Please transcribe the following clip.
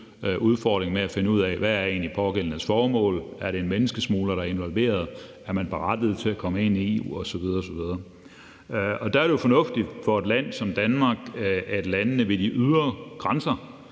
udfordringen med at finde ud af, hvad der egentlig er den pågældendes formål, om det er en menneskesmugler, der er involveret, og om man er berettiget til at komme ind i EU osv. osv. Og det er det jo fornuftigt for et land som Danmark, at landene ved EU's ydre grænser